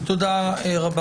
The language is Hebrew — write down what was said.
תודה רבה.